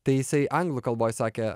tai jisai anglų kalboj sakė